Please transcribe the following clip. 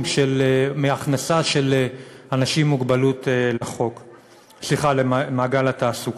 מההכנסה של אנשים עם מוגבלות למעגל התעסוקה.